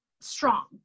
strong